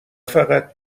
فقط